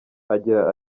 agira